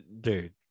dude